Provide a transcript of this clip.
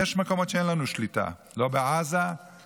יש מקומות שאין לנו עליהם שליטה, לא בעזה ולא